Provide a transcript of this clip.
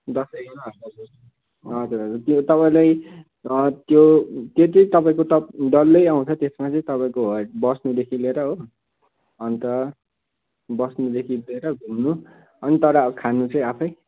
दस एघार हजार जस्तो हजुर हजुर त्यो तपाईँलाई त्यो त्यो चाहिँ तपाईँको डल्लै आउँछ त्यसमा चाहिँ तपाईँको बस्नेदेखि लिएर हो अन्त बस्नुदेखि लिएर घुम्नु अनि तर खानु चाहिँ आफै